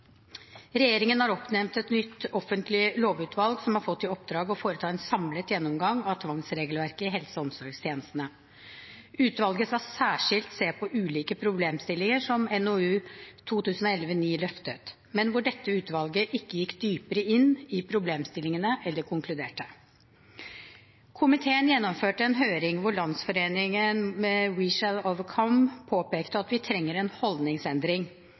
Regjeringen har oppnevnt et nytt offentlig lovutvalg som har fått i oppdrag å foreta en samlet gjennomgang av tvangsregelverket i helse- og omsorgstjenesten. Utvalget skal særskilt se på ulike problemstillinger som NOU 2011:9 løftet, men hvor dette utvalget ikke gikk dypere inn i problemstillingene eller konkluderte. Komiteen gjennomførte en høring hvor Landsforeningen We Shall Overcome påpekte at vi trenger en holdningsendring,